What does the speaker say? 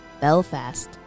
Belfast